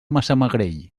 massamagrell